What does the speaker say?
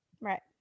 right